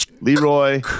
Leroy